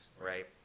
right